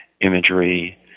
imagery